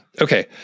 okay